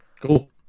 cool